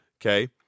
Okay